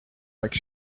like